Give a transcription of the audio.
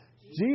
Jesus